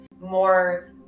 more